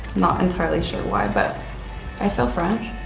not entirely sure why, but i feel french.